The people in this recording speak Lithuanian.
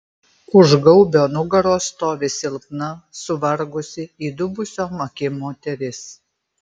už gaubio nugaros stovi silpna suvargusi įdubusiom akim moteris